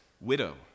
widow